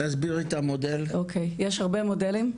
תסבירי את המודל יש הרבה מודלים,